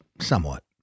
somewhat